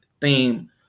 theme